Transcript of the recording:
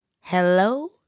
Hello